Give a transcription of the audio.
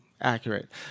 accurate